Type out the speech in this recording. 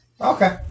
Okay